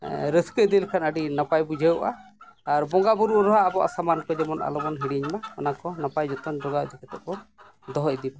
ᱨᱟᱹᱥᱠᱟᱹ ᱤᱫᱤ ᱞᱮᱠᱷᱟᱱ ᱟᱹᱰᱤ ᱱᱟᱯᱟᱭ ᱵᱩᱡᱷᱟᱹᱜᱼᱟ ᱟᱨ ᱵᱚᱸᱜᱟ ᱵᱳᱨᱳᱜ ᱨᱮᱦᱚᱸ ᱟᱵᱚᱣᱟᱜ ᱥᱟᱢᱟᱱ ᱠᱚ ᱡᱮᱢᱚᱱ ᱟᱞᱚᱵᱚᱱ ᱦᱤᱲᱤᱧ ᱢᱟ ᱚᱱᱟ ᱠᱚ ᱱᱟᱯᱟᱭ ᱡᱚᱛᱚᱱ ᱡᱚᱜᱟᱣ ᱠᱟᱛᱮᱫ ᱵᱚᱱ ᱫᱚᱦᱚ ᱤᱫᱤ ᱢᱟ